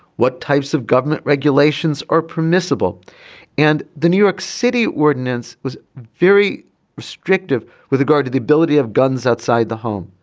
what types of government regulations are permissible and the new york city ordinance was very restrictive with regard to the ability of guns outside the home.